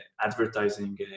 advertising